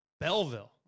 Belleville